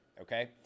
okay